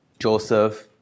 Joseph